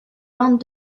land